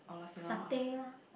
satay lah